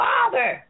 Father